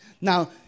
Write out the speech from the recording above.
Now